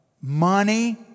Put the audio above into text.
money